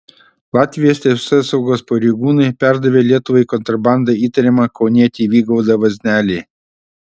latvijos teisėsaugos pareigūnai perdavė lietuvai kontrabanda įtariamą kaunietį vygaudą vaznelį